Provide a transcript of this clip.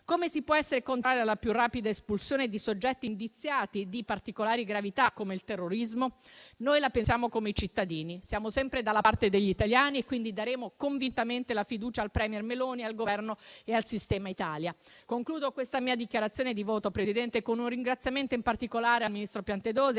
Come si può essere contrari alla più rapida espulsione di soggetti indiziati di reati di particolari gravità come il terrorismo? Noi la pensiamo come i cittadini. Siamo sempre dalla parte degli italiani e quindi daremo convintamente la fiducia al *premier* Meloni, al Governo e al sistema Italia. Concludo questa mia dichiarazione di voto, signor Presidente, con un ringraziamento particolare al ministro Piantedosi,